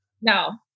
No